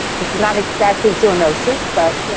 this is not exactly zoonosis but,